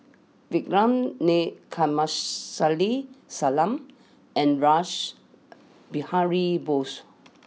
Vikram Nair Kamsari Salam and Rash Behari Bose